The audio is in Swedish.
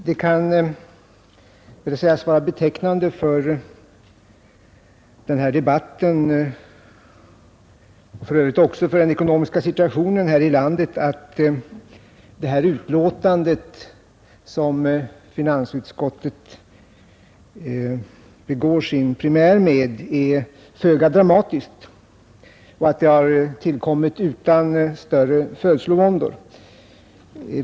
Herr talman! Det kan sägas vara betecknande för den ekonomiska situationen här i landet att det utlåtande, som finansutskottet begår sin premiär med, är föga dramatiskt och att det har tillkommit utan större födslovåndor.